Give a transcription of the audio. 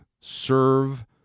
Serve